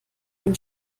den